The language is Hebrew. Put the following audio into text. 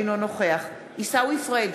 אינו נוכח עיסאווי פריג'